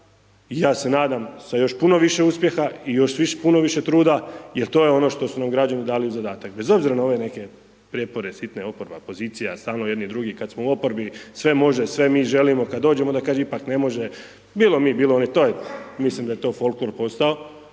ja se nadam sa još puno više uspjeha i još puno više truda jer to je ono što su nam građani dali u zadatak, bez obzira na ove neke prijepore sitne, oporba, pozicija, stalno jedni drugi, kad smo u oporbi sve može, sve mi želimo, kad dođemo onda kaže ipak ne može, bilo mi bilo oni, to je mislim da je to folklor postao.